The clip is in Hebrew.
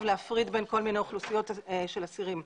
להפריד בין כל מיני אוכלוסיות של אסירים.